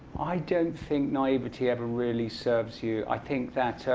i don't think naivety ever really serves you. i think that